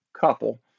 couple